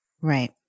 Right